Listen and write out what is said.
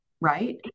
Right